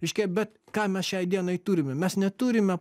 reiškia bet ką mes šiai dienai turime mes neturime